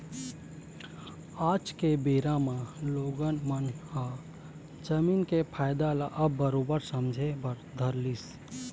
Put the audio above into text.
आज के बेरा म लोगन मन ह जमीन के फायदा ल अब बरोबर समझे बर धर लिस